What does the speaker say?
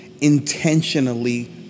intentionally